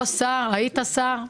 לא שר, היית שר.